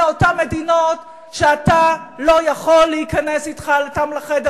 מאותן מדינות שאתה לא יכול להיכנס אתן לחדר,